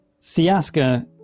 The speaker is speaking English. Siaska